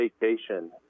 vacation